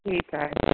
ठीकु आहे